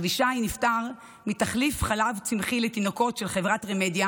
אבישי נפטר מתחליף חלב צמחי לתינוקות של חברת רמדיה